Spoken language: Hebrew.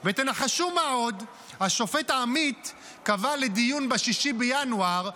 מוטים ומשדרים מציאות מדומה שלא מייצגת חלק מהותי בעם.